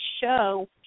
show